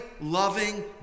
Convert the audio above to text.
loving